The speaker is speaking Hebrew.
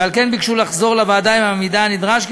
ועל כן ביקשו לחזור לוועדה עם המידע הנדרש.